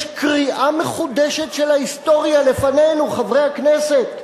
יש קריאה מחודשת של ההיסטוריה לפנינו, חברי הכנסת,